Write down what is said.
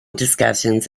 discussions